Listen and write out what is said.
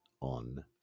on